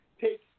take